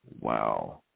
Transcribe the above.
Wow